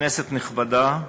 כנסת נכבדה,